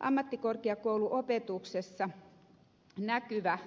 ammattikorkeakouluopetuksessa näkyvä